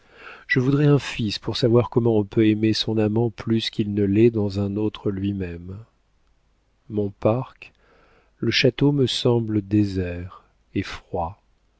je voudrais un fils pour savoir comment on peut aimer son amant plus qu'il ne l'est dans un autre lui-même mon parc le château me semblent déserts et froids